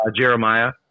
Jeremiah